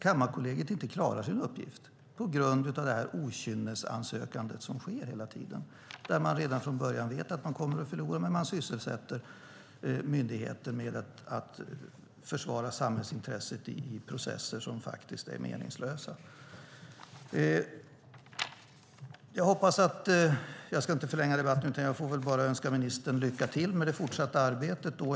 Kammarkollegiet klarar inte sin uppgift på grund av det okynnesansökande som hela tiden sker där många redan från början vet att de kommer att förlora men ändå sysselsätter myndigheten med att försvara samhällsintresset i processer som faktiskt är meningslösa. Jag ska inte förlänga debatten utan önskar ministern lycka till i det fortsatta arbetet.